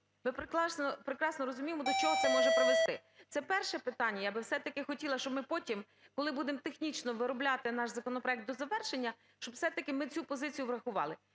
Ви прекрасно розумієте, до чого це може привести. Це перше питання. Я би все-таки хотіла, щоб ми потім, коли будемо технічно виробляти наш законопроект до завершення, щоб все-таки ми цю позицію врахували.